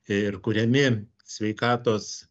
ir kuriami sveikatos